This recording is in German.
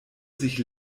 sich